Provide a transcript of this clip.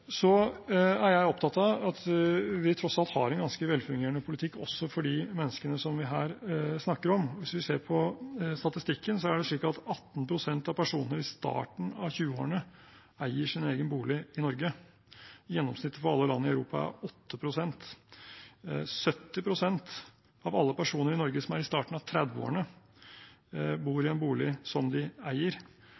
er opptatt av at vi tross alt har en ganske velfungerende politikk også for de menneskene vi her snakker om. Hvis vi ser på statistikken, eier 18 pst. av personer i starten av 20-årene sin egen bolig i Norge. Gjennomsnittet for alle land i Europa er 8 pst. 70 pst. av alle personer i Norge som er i starten av 30-årene, bor